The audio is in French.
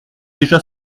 déjà